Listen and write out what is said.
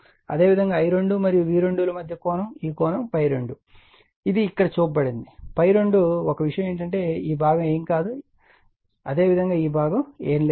అదేవిధంగా I2 మరియు V2 ల మధ్య కోణం ఈ కోణం ∅2 ఇది ఇక్కడ చూపబడింది ∅2 ఒక విషయం ఏమిటంటే ఈ భాగం ఏమీ కాదు ఈ భాగం ఏమీ కాదు అదేవిధంగా ఈ భాగం ఏమీ లేదు